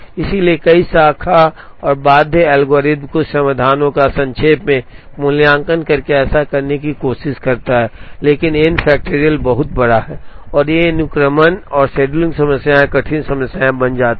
इसलिए कई शाखा और बाध्य एल्गोरिदम कुछ समाधानों का संक्षेप में मूल्यांकन करके ऐसा करने की कोशिश करते हैं लेकिन एन फैक्टोरियल बहुत बड़ा है और ये अनुक्रमण और शेड्यूलिंग समस्याएं कठिन समस्याएं बन जाती हैं